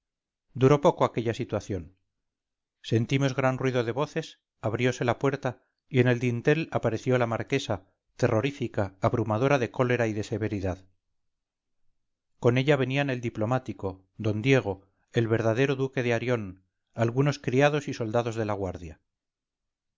duró poco tiempo aquella situación sentimos gran ruido de voces abriose la puerta y en el dintel apareció la marquesa terrorífica abrumadora de cólera y de severidad con ella venían el diplomático d diego el verdadero duque de arión algunos criados y soldados de la guardia